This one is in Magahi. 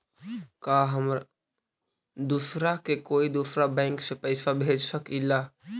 का हम दूसरा के कोई दुसरा बैंक से पैसा भेज सकिला?